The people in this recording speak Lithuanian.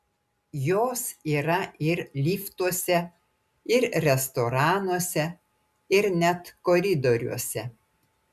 jos yra ir liftuose ir restoranuose ir net koridoriuose